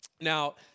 Now